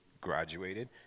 graduated